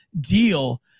deal